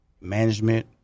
management